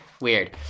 weird